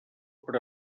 per